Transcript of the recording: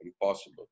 impossible